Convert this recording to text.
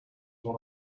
one